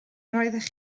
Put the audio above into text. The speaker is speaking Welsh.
roeddech